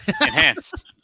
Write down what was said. Enhanced